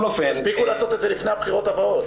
תספיקו לעשות את זה לפני הבחירות הבאות?